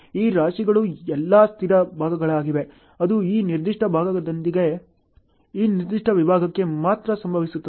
ಈ ರಾಶಿಗಳು ಎಲ್ಲಾ ಸ್ಥಿರ ಭಾಗಗಳಾಗಿವೆ ಅದು ಈ ನಿರ್ದಿಷ್ಟ ವಿಭಾಗದಿಂದ ಈ ನಿರ್ದಿಷ್ಟ ವಿಭಾಗಕ್ಕೆ ಮಾತ್ರ ಸಂಭವಿಸುತ್ತದೆ